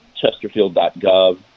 chesterfield.gov